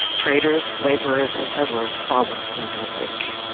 traders, laborers, and settlers followed in their wake.